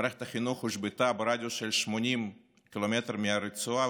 מערכת החינוך הושבתה ברדיוס של 80 קילומטר מהרצועה,